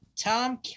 Tom